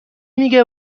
میگه